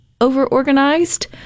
over-organized